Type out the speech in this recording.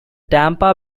tampa